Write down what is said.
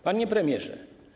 Panie Premierze!